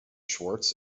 schwartz